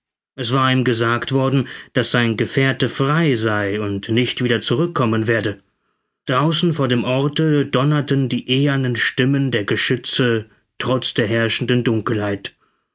es war ihm gesagt worden daß sein gefährte frei sei und nicht wieder zurückkommen werde draußen vor dem orte donnerten die ehernen stimmen der geschütze trotz der herrschenden dunkelheit